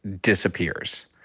disappears